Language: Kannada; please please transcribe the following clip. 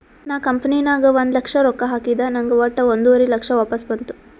ನಾ ಕಂಪನಿ ನಾಗ್ ಒಂದ್ ಲಕ್ಷ ರೊಕ್ಕಾ ಹಾಕಿದ ನಂಗ್ ವಟ್ಟ ಒಂದುವರಿ ಲಕ್ಷ ವಾಪಸ್ ಬಂತು